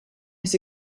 his